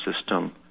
system